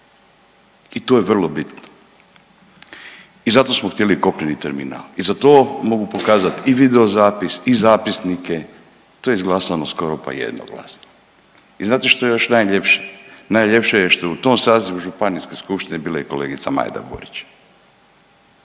I to je vrlo bitno. I zato smo htjeli kopneni terminal. I za to mogu pokazati i video zapis i zapisnike. To je izglasano skoro pa jednoglasno. I znate što je još najljepše? Najljepše je što je u tom sazivu Županijske skupštine bila i kolegica Majda Burić.